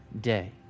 day